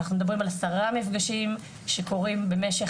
אנחנו מדברים על עשרה מפגשים שקורים במשך